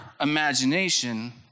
imagination